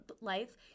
life